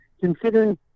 Considering